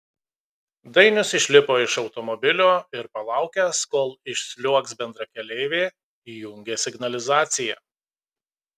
dainius išlipo iš automobilio ir palaukęs kol išsliuogs bendrakeleivė įjungė signalizaciją